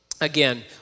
again